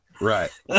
Right